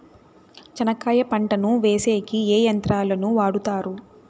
చెనక్కాయ పంటను వేసేకి ఏ యంత్రాలు ను వాడుతారు?